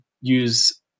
use